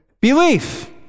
Belief